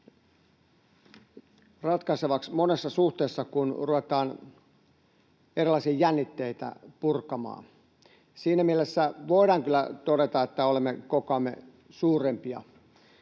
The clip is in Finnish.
ratkaisevaksi monessa suhteessa, kun ruvetaan erilaisia jännitteitä purkamaan. Siinä mielessä voidaan kyllä todeta, että olemme kokoamme suurempia